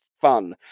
fun